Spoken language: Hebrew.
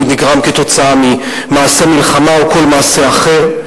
נגרם כתוצאה ממעשה מלחמה או כל מעשה אחר.